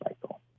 cycle